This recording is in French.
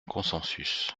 consensus